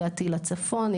הגעתי לצפון,